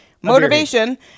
motivation